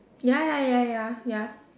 ya ya ya ya ya